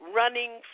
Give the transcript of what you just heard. running